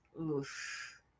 Oof